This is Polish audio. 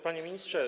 Panie Ministrze!